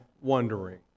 wondering